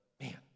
man